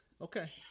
Okay